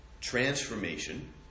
transformation